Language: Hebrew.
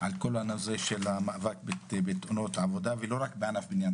על כל הנושא של מאבק בתאונות העבודה ולא רק בענף הבניה,